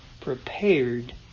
Prepared